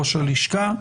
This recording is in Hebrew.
ראש הלשכה.